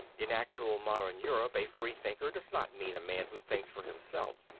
in actual modern europe a freethinker does not mean a man who thinks for himself.